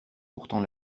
pourtant